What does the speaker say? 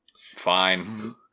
fine